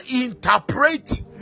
interpret